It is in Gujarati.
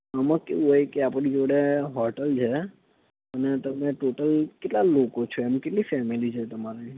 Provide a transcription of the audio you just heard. આમાં કેવું હોય કે આપણી જોડે હોટેલ છે અને તમે ટોટલ કેટલા લોકો છે અને કેટલી ફેમિલી છે તમારે